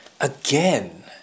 Again